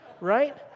right